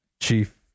Chief